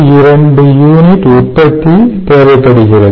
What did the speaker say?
2 unit உற்பத்தி தேவைப்படுகிறது